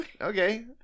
Okay